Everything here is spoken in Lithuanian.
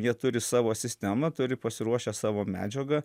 jie turi savo sistemą turi pasiruošę savo medžiagą